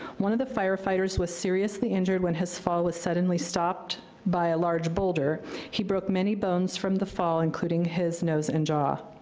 one of the firefighters was seriously injured when his fall was suddenly stopped by a large boulder he broke many bones from the fall, including his nose and jaw.